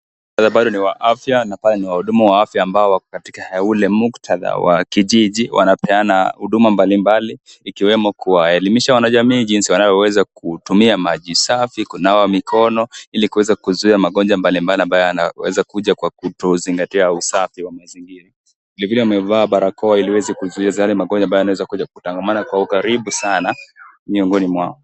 Muktadha bado ni wa afya na wahudumu wa afya ambao wako katika ule muktadha wa kijiji wanapeana huduma mbalimbali, ikiwemo kuwaelimisha wanajamii jinsi wanavyoweza kutumia maji safi, kunawa mikono, ili kuweza kuzuia magonjwa mbalimbali ambayo yanaweza kuja kwa kutozingatia usafi wa mazingira. Vilevile wamevaa barakoa ili waweze kuzuia magonjwa ambayo yanaweza kuja kwa kutangamana kwa ukaribu sana miongoni mwao.